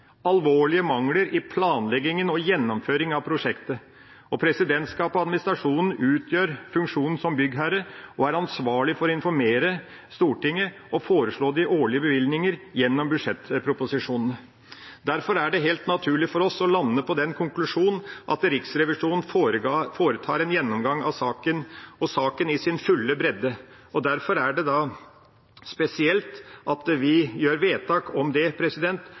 Presidentskapet og administrasjonen utgjør funksjonen som byggherre og er ansvarlig for å informere Stortinget og foreslå de årlige bevilgningene gjennom budsjettproposisjonene. Derfor er det helt naturlig for oss å lande på den konklusjonen at Riksrevisjonen foretar en gjennomgang av saken i sin fulle bredde, og derfor er det spesielt at vi gjør vedtak om det.